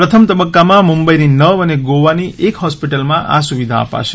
પ્રથમ તબક્કામાં મુંબઈની નવ અને ગોવાની એક હોસ્પિટલમાં આ સુવિધા અપાશે